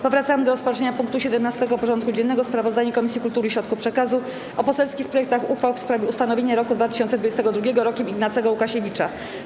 Powracamy do rozpatrzenia punktu 17. porządku dziennego: Sprawozdanie Komisji Kultury i Środków Przekazu o poselskich projektach uchwał w sprawie ustanowienia roku 2022 Rokiem Ignacego Łukasiewicza.